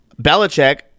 Belichick